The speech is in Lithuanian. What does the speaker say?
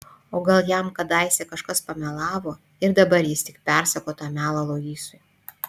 o gal jam kadaise kažkas pamelavo ir dabar jis tik persako tą melą luisui